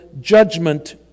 judgment